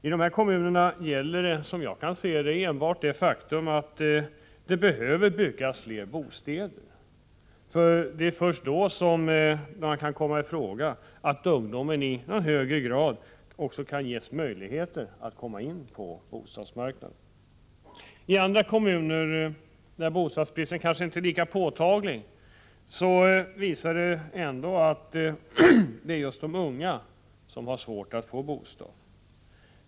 I dessa attfåen egen kommuner gäller enbart det faktum att det behöver byggas fler bostäder. Det bostad är först då det kan komma i fråga att ungdomen i högre grad ges möjligheter att komma in på bostadsmarknaden. I andra kommuner, där bostadsbristen kanske inte är lika påtaglig, visar det sig ändå att just de unga har svårt att få en bostad.